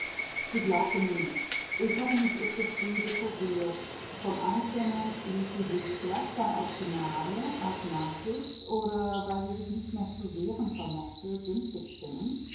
sie glaubte mir nicht ich hatte mich ihr zu früh dekuvriert vom einzelnen ließ sie sich gleichsam aus gnade aus nachsicht oder weil sie sich nicht mehr zu wehren vermochte günstig